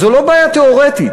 וזו לא בעיה תיאורטית,